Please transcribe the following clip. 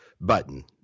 button